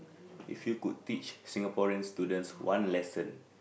if you could teach Singaporean students one lesson